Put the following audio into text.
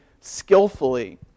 skillfully